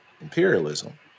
imperialism